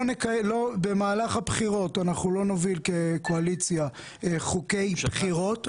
במהלך הבחירות אנחנו לא נוביל כקואליציה חוקי בחירות.